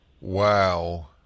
Wow